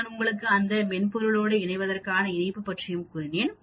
நான் உங்களுக்கு அந்த மென்பொருளோடு இணைவதற்கான இணைப்பு பற்றியும் கூறினேன்